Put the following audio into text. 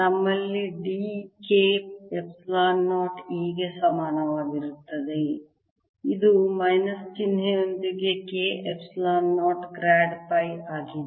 ನಮ್ಮಲ್ಲಿ D K epsilon 0 E ಗೆ ಸಮಾನವಾಗಿರುತ್ತದೆ ಇದು ಮೈನಸ್ ಚಿಹ್ನೆಯೊಂದಿಗೆ K ಎಪ್ಸಿಲಾನ್ 0 ಗ್ರಾಡ್ ಪೈ ಆಗಿದೆ